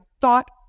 thought